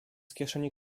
kieszeni